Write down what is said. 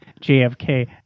JFK